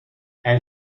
and